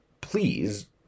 Please